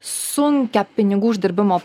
sunkią pinigų uždirbimo